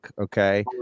okay